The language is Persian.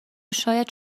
شاید